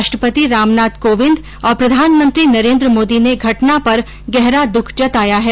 राष्ट्रपति रामनाथ कोविन्द और प्रधानमंत्री नरेन्द्र मोदी ने घटना पर गहरा दुख जताया है